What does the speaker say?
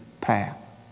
path